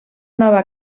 nova